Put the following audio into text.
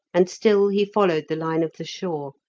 and still he followed the line of the shore,